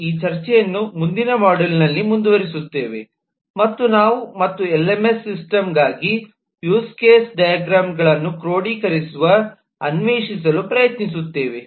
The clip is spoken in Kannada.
ನಾವು ಈ ಚರ್ಚೆಯನ್ನು ಮುಂದಿನ ಮಾಡ್ಯೂಲ್ನಲ್ಲಿ ಮುಂದುವರಿಸುತ್ತೇವೆ ಮತ್ತು ನಾವು ಮತ್ತು ಎಲ್ಎಂಎಸ್ ಸಿಸ್ಟಮ್ ಗಾಗಿ ಯೂಸ್ ಕೇಸ್ ಡೈಗ್ರಾಮ್ಗಳನ್ನು ಕ್ರೋಢೀಕರಿಸುಸಿ ಅನ್ವೇಷಿಸಲು ಪ್ರಯತ್ನಿಸುತ್ತೇವೆ